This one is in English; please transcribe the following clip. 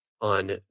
on